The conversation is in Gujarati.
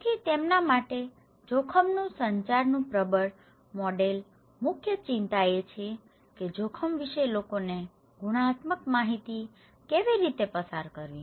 તેથી તેમના માટે જોખમ સંચારનું પ્રબળ મોડેલ મુખ્ય ચિંતા એ છે કે જોખમ વિશે લોકોને ગુણાત્મક માહિતી કેવી રીતે પસાર કરવી